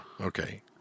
Okay